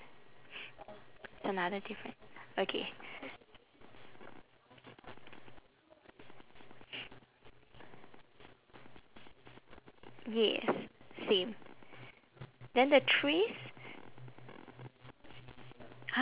it's another difference okay yes same then the trees !huh!